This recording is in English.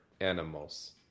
animals